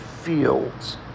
fields